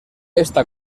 esta